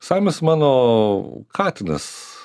samis mano katinas